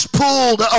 pulled